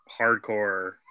hardcore